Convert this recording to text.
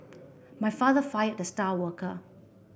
my father fired the star worker